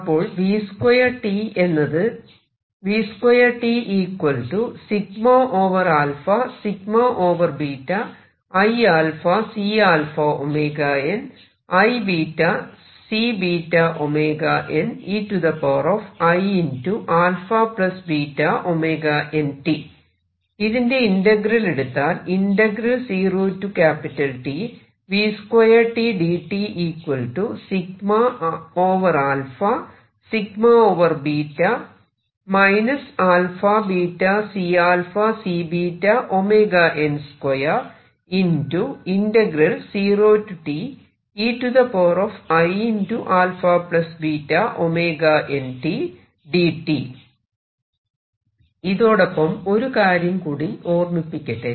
അപ്പോൾ v2t എന്നത് ഇതിന്റെ ഇന്റഗ്രൽ എടുത്താൽ ഇതോടൊപ്പം ഒരു കാര്യം കൂടെ ഓർമ്മിപ്പിക്കട്ടെ